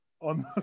On